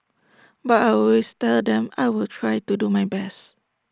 but I always tell them I will try to do my best